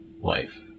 wife